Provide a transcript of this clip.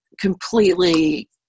completely